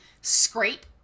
scrape